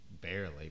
barely